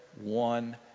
one